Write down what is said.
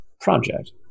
project